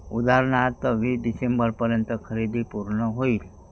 उदाहरणार्थ वीस डिसेंबरपर्यंत खरेदी पूर्ण होईल